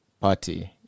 party